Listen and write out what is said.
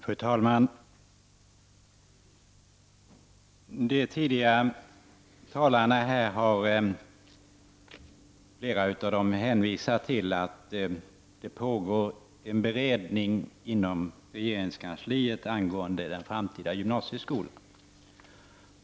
Fru talman! Flera av de tidigare talarna har hänvisat till att det pågår en beredning inom regeringskansliet angående den framtida gymnasieskolan.